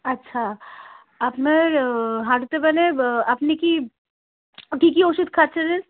আচ্ছা আপনার হাটুতে মানে আপনি কি কী কী ওষুধ খাচ্ছিলেন